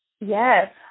Yes